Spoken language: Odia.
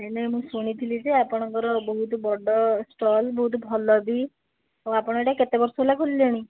ହେଲେ ମୁଁ ଶୁଣିଥିଲି ଯେ ଆପଣଙ୍କର ବହୁତ ବଡ଼ ଷ୍ଟଲ ବହୁତ ଭଲ ବି ଆଉ ଆପଣ ଏଇଟା କେତେ ବର୍ଷ ହେଲା ଖୋଲିଲେଣି